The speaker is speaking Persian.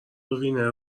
وینر